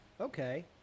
Okay